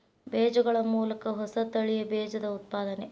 ಬೇಜಗಳ ಮೂಲಕ ಹೊಸ ತಳಿಯ ಬೇಜದ ಉತ್ಪಾದನೆ